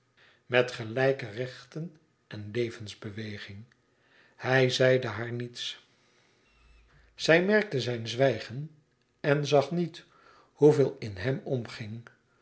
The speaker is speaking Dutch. met gelijke rechten en levensbeweging hij zeide haar niets zij merkte zijn zwijgen en zag niet hoeveel in hem omging